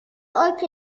عاشق